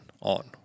on